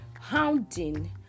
hounding